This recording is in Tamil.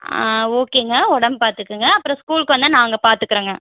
ஆ ஓகேங்க உடம்பை பார்த்துக்குங்க அப்பறம் ஸ்கூலுக்கு வந்தால் நாங்கள் பார்த்துக்குறங்க